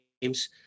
games